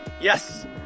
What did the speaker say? Yes